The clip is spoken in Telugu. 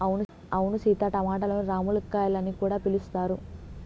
అవును సీత టమాటలను రామ్ములక్కాయాలు అని కూడా పిలుస్తారు